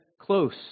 close